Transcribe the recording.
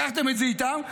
לקחתם את זה מהם,